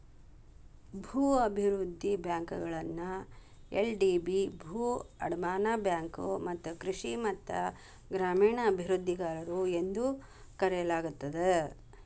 ಭೂ ಅಭಿವೃದ್ಧಿ ಬ್ಯಾಂಕುಗಳನ್ನ ಎಲ್.ಡಿ.ಬಿ ಭೂ ಅಡಮಾನ ಬ್ಯಾಂಕು ಮತ್ತ ಕೃಷಿ ಮತ್ತ ಗ್ರಾಮೇಣ ಅಭಿವೃದ್ಧಿಗಾರರು ಎಂದೂ ಕರೆಯಲಾಗುತ್ತದೆ